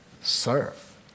serve